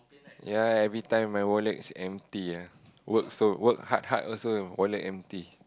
ya every time my wallet is empty ah work so work hard hard also wallet empty